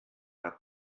war